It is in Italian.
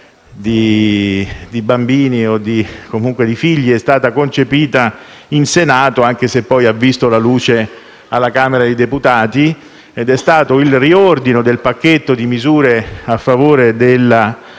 di bambini o comunque di figli, in Senato (anche se poi ha visto la luce alla Camera dei deputati) è stato il riordino del pacchetto di misure a favore della